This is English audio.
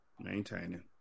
Maintaining